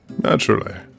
Naturally